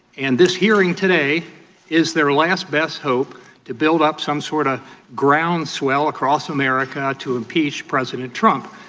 and this hearing today is their last best hope to build up some sort of groundswell across america to impeach president trump.